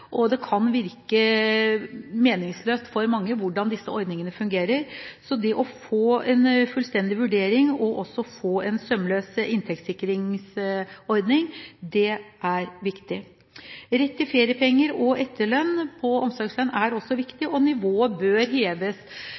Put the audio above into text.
Det kan for mange virke meningsløst hvordan disse ordningene fungerer, så det å få en fullstendig vurdering, også en sømløs inntektssikringsordning, er viktig. Rett til feriepenger, etterlønn og omsorgslønn er også viktig, og nivået bør heves.